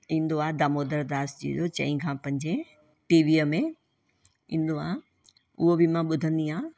ईंदो आहे दामोदर दास जी ओ चारि खां पंज टीवीअ में ईंदो आहे उहो बि मां ॿुधंदी आहियां